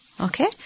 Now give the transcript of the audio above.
Okay